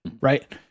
right